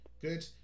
good